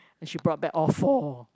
she brought back all four